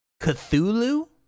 cthulhu